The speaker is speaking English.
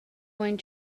going